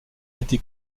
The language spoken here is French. été